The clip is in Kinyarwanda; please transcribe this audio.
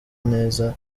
neza